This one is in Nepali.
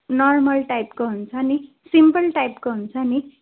नर्मल टाइपको हुन्छ नि सिम्पल टाइपको हुन्छ नि